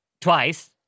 twice